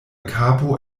kapo